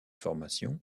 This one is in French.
formations